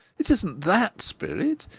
it isn't that, spirit.